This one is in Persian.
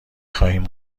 خواهیم